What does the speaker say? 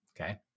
Okay